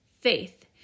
faith